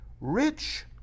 Rich